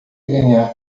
ganhar